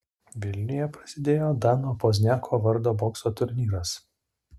vilniuje prasidėjo dano pozniako vardo bokso turnyras